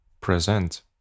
present